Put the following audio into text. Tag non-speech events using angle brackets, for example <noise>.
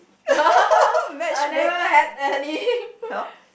<laughs> matchmake ah !huh!